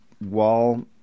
wall